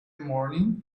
morning